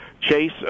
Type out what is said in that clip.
Chase